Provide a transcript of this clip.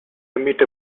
emit